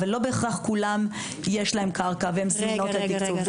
אבל לא בהכרח לכולן יש קרקע והן זמינות לתקצוב.